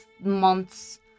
months